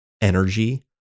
energy